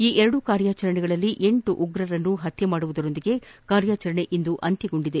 ಈ ಎರಡು ಕಾರ್ಯಾಚರಣೆಗಳಲ್ಲಿ ಎಂಟು ಮಂದಿ ಭಯೋತ್ಪಾದಕರನ್ನು ಪತ್ತೆ ಮಾಡುವುದರೊಂದಿಗೆ ಕಾರ್ಯಾಚರಣೆ ಇಂದು ಅಂತ್ಯಗೊಂಡಿದೆ